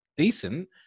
decent